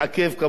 כמובן,